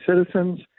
citizens